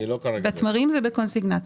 בתמרים זה בקונסיגנציה.